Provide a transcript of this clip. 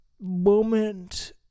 moment